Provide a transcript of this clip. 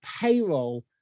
payroll